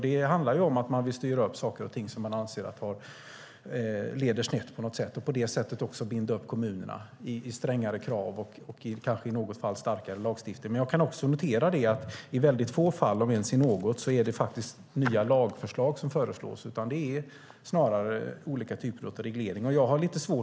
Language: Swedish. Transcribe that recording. Det handlar om att man vill styra upp saker och ting som man anser leder snett på något sätt och på det sättet också binda upp kommunerna i strängare krav och kanske i något fall med starkare lagstiftning. Men jag kan också notera att det i väldigt få fall, om ens i något, faktiskt är nya lagförslag som föreslås. Det är snarare olika typer av reglering.